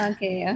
Okay